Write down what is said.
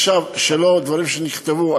עכשיו, דברים שלא נכתבו.